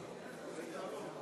גברתי השרה,